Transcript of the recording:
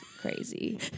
crazy